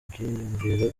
ibyiyumviro